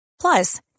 Plus